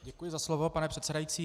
Děkuji za slovo, pane předsedající.